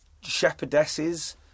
Shepherdesses